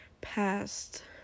past